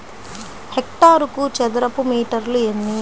హెక్టారుకు చదరపు మీటర్లు ఎన్ని?